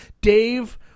Dave